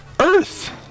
Earth